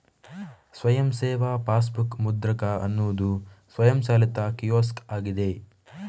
ಸ್ವಯಂ ಸೇವಾ ಪಾಸ್ಬುಕ್ ಮುದ್ರಕ ಅನ್ನುದು ಸ್ವಯಂಚಾಲಿತ ಕಿಯೋಸ್ಕ್ ಆಗಿದೆ